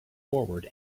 forward